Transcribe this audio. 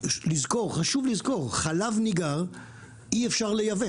חשוב לזכור, חלב ניגר אי אפשר לייבא